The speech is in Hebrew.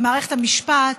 במערכת המשפט,